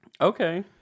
Okay